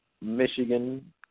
Michigan